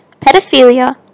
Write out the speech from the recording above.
pedophilia